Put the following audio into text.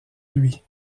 lui